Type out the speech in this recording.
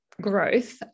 growth